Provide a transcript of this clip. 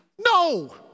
No